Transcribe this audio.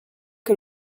que